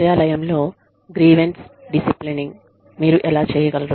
కార్యాలయంలో grievance disciplining మీరు ఎలా చేయగలరు